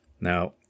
Now